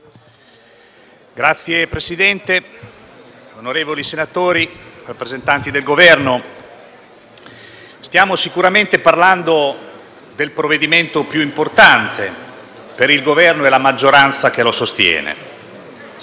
Signor Presidente, onorevoli senatori, rappresentanti del Governo, stiamo sicuramente parlando del provvedimento più importante per il Governo e la maggioranza che lo sostiene.